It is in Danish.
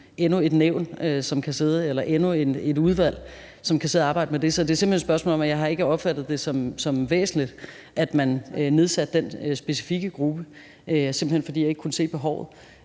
endnu et nævn eller endnu et udvalg, som kan sidde og arbejde med det. Det er simpelt hen et spørgsmål om, at jeg ikke har opfattet det som væsentligt, at man nedsatte den specifikke gruppe, simpelt hen fordi jeg ikke kunne se behovet.